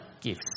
gifts